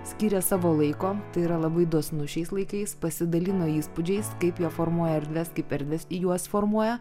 skyrė savo laiko tai yra labai dosns šiais laikais pasidalino įspūdžiais kaip jie formuoja erdves kaip erdvės juos formuoja